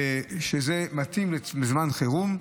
זה מתאים לזמן חירום,